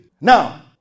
Now